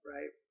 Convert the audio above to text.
Right